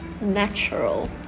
natural